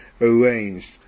arranged